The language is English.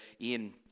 Ian